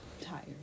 tired